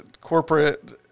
corporate